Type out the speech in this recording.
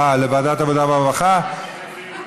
אה, לוועדת העבודה, הרווחה והבריאות?